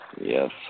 Yes